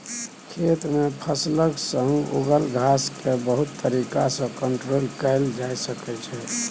खेत मे फसलक संग उगल घास केँ बहुत तरीका सँ कंट्रोल कएल जा सकै छै